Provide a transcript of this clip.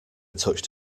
touched